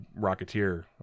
Rocketeer